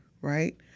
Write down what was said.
right